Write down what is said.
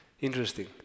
Interesting